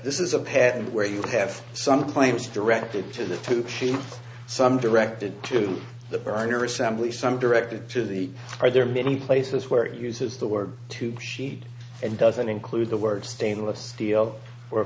this is a path and where you have some claims directed to the fukushima some directed to the burner assembly some directed to the are there many places where it uses the word tube sheet and doesn't include the word stainless steel